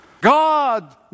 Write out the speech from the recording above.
God